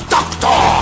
Doctor